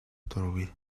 дургүй